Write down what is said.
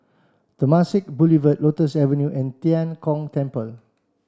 Temasek Boulevard Lotus Avenue and Tian Kong Temple